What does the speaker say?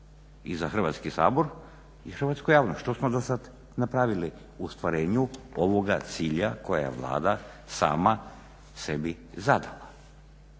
i za Hrvatski sabor i hrvatsku javnost što smo do sad napravili u ostvarenju ovoga cilja koji je Vlada sama sebi zadala.